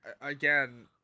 again